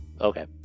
Okay